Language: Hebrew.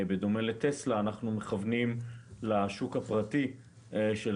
בדומה ל"טסלה" אנחנו מכוונים לשוק הפרטי של